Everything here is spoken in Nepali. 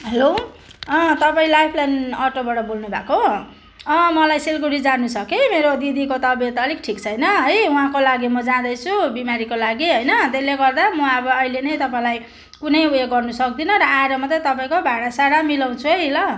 हेलो लाइफलाइन अटोबाट बोल्नुभएको मलाई सिलगडी जानु छ कि मेरो दिदीको तबियत अलिक ठिक छैन है उहाँको लागि म जाँदैछु बिमारीको लागि होइन त्यसले गर्दा म अब अहिले नै तपाईँलाई कुनै उयो गर्न सक्दिनँ र आएर मात्र तपाईँको भाडा साडा मिलाउँछु है ल